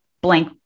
blank